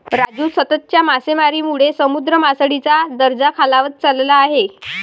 राजू, सततच्या मासेमारीमुळे समुद्र मासळीचा दर्जा खालावत चालला आहे